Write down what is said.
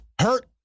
hurt